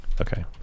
Okay